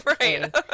Right